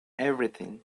everything